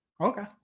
Okay